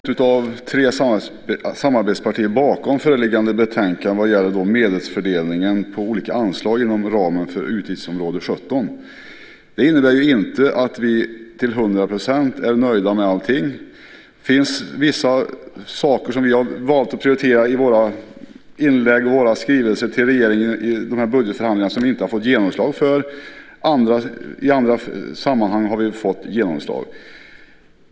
Fru talman! Vänsterpartiet står som ett av tre samarbetspartier bakom föreliggande betänkande vad gäller medelsfördelningen på olika anslag inom ramen för utgiftsområde 17. Det innebär inte att vi till 100 % är nöjda med allt. Det finns vissa saker, som vi i samband med budgetförhandlingarna valt att prioritera i våra inlägg och skrivelser till regeringen, som inte fått genomslag, medan andra förslag gått igenom.